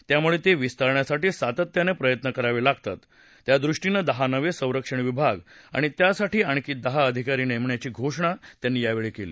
त्यामुळे ते विस्तारण्यासाठी सातत्यानं प्रयत्न करावे लागतात त्यादृष्टीनं दहा नवे संरक्षण विभाग आणि त्यासाठी आणखी दहा अधिकारी नेमण्याची घोषणा त्यांनी यावेळी केली